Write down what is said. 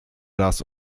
raz